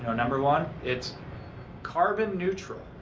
number one, it's carbon neutral.